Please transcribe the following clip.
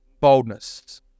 boldness